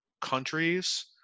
countries